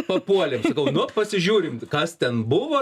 papuolėm sakau nu pasižiūrim kas ten buvo